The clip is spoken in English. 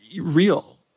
real